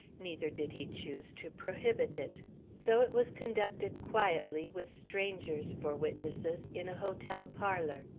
neither did he choose to prohibit it so it was conducted quietly, with strangers for witnesses, in a hotel parlor.